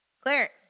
Clarence